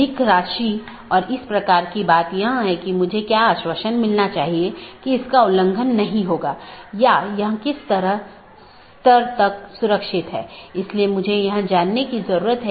इन साथियों के बीच BGP पैकेट द्वारा राउटिंग जानकारी का आदान प्रदान किया जाना आवश्यक है